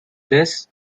this